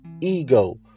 Ego